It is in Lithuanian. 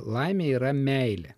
laimė yra meilė